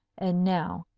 and now,